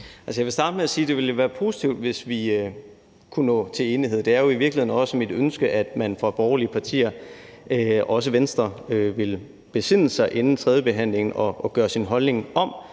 Jeg vil starte med at sige, at det jo vil være positivt, hvis vi kunne nå til enighed. Det er jo i virkeligheden også mit ønske, at man fra de borgerlige partiers side, også Venstres side, vil besinde sig inden tredjebehandlingen og gøre sin holdning om,